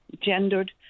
gendered